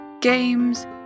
games